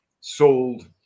sold